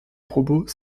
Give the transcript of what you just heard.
robots